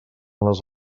les